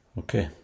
okay